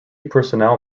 personnel